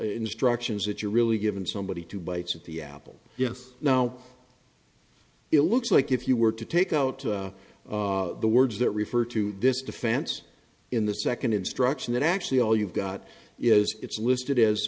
instructions that you're really given somebody two bites of the apple yes now it looks like if you were to take out the words that refer to this defense in the second instruction that actually all you've got is it's listed as